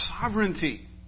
sovereignty